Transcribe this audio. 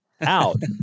out